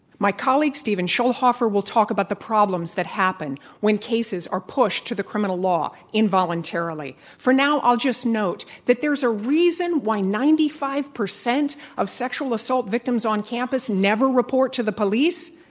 my colleague, stephen schulhofer will talk about the problems that happen when cases are pushed to the criminal law involuntarily. for now, i'll just note that there's a reason why ninety five percent of sexual assault victims on campus never report to the police.